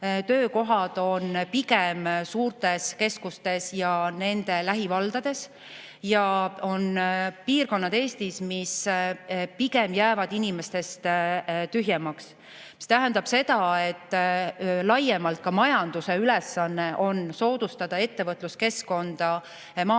Töökohad on pigem suurtes keskustes ja nende lähivaldades ning Eestis on piirkondi, mis pigem jäävad inimestest tühjemaks. See tähendab seda, et laiemalt ka majanduse ülesanne on soodustada ettevõtluskeskkonda